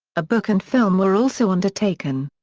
a book and film were also undertaken.